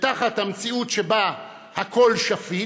ותחת המציאות שבה הכול שפיט,